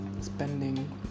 spending